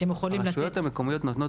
אתם יכולים לתת --- הרשויות המקומיות נותנות